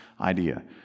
idea